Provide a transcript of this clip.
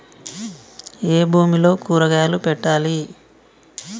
ఏ భూమిలో కూరగాయలు పెట్టాలి?